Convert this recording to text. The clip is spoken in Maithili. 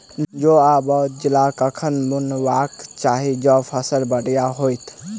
जौ आ बाजरा कखन बुनबाक चाहि जँ फसल बढ़िया होइत?